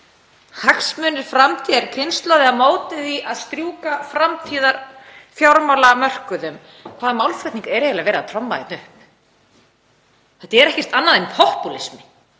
Hagsmunir framtíðarkynslóða á móti því að strjúka framtíðarfjármálamörkuðum. Hvaða málflutning er eiginlega verið að tromma hérna upp? Þetta er ekkert annað en popúlismi.